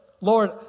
Lord